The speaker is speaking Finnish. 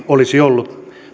olisi ollut